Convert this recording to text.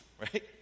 right